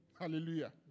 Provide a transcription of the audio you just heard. hallelujah